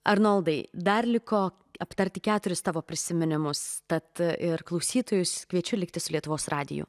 arnoldai dar liko aptarti keturis tavo prisiminimus tad ir klausytojus kviečiu likti su lietuvos radiju